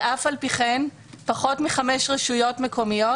ואף-על-פי כן פחות חמש רשויות מקומיות